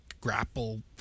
grapple